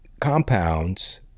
compounds